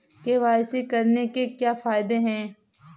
KYC करने के क्या क्या फायदे हैं?